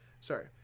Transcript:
Sorry